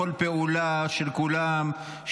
בכל פעולה של כולם,